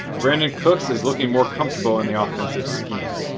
brandin cooks is looking more comfortable in the offensive scheme.